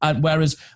Whereas